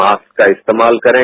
mask का इस्तेमाल करें